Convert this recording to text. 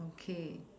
okay